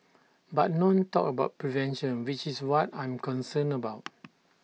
but none talked about prevention which is what I'm concerned about